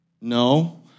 No